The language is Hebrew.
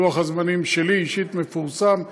לוח הזמנים, שלי אישית, מפורסם.